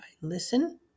listen